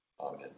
amen